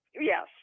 Yes